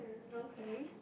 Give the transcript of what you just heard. okay